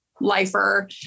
lifer